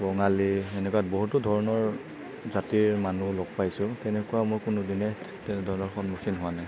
বঙালী এনেকুৱা বহুতো ধৰণৰ জাতিৰ মানুহ লগ পাইছোঁ তেনেকুৱা মই কোনোদিনে তেনেধৰণৰ সন্মুখীন হোৱা নাই